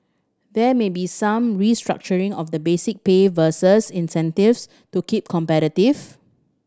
there may be some restructuring of the basic pay versus incentives to keep competitive